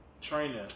training